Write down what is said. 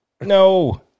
No